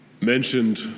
mentioned